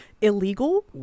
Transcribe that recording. illegal